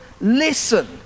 listen